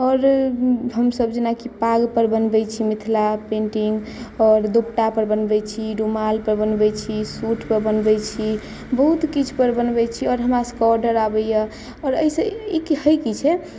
आओर हमसभ जेनाकी पाग पर बनबै छी मिथिला पेंटिंग आओर दोपटा पर बनबै छी रुमाल पर बनबै छी सूट पर बनबै छी बहुत किछु पर बनबै छी आओर हमरा सभके आर्डर आबैया आओर एहिसँ ई की होइ की छै